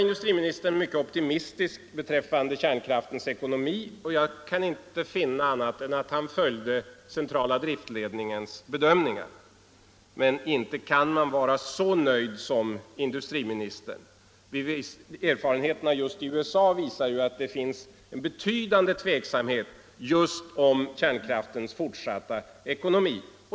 Industriministern var mycket optimistisk beträffande kärnkraftens ekonomi. Jag kan inte finna annat än att han följde centrala driftledningens bedömningar. Men inte kan man vara så nöjd som industriministern. Erfarenheter just i USA visar ju att det finns en tveksamhet just om kärnkraftens fortsatta ekonomi.